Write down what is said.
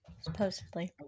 Supposedly